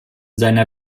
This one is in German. seiner